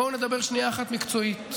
בואו נדבר שנייה אחת מקצועית.